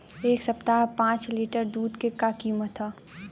एह सप्ताह पाँच लीटर दुध के का किमत ह?